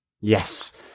Yes